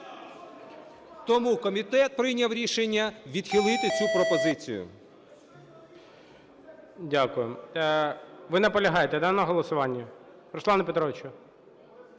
Тому комітет прийняв рішення відхилити цю пропозицію.